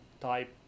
type